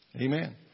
Amen